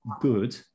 good